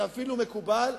זה אפילו מקובל,